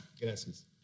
Gracias